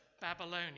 Babylonia